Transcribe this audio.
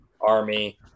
Army